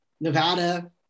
Nevada